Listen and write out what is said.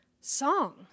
song